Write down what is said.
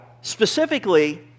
specifically